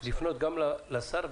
לפנות גם לשר,